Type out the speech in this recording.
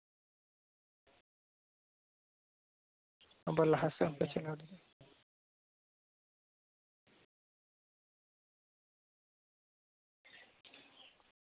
ᱟᱵᱟᱨ ᱞᱟᱦᱟ ᱥᱮᱫ ᱦᱚᱸᱯᱮ ᱪᱟᱞᱟᱣ ᱫᱟᱲᱮᱭᱟᱜᱼᱟ